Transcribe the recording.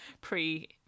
pre